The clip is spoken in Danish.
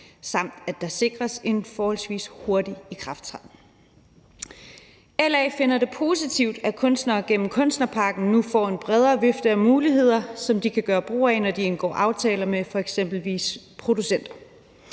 samt at der sikres en forholdsvis hurtig ikrafttræden. LA finder det positivt, at kunstnere gennem kunstnerpakken nu får en bredere vifte af muligheder, som de kan gøre brug af, når de indgår aftaler med f.eks. producenter.